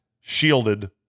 shielded